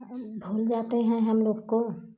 भूल जाते हैं हम लोग को